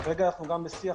כרגע אנחנו גם בשיח,